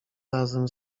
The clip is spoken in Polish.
razem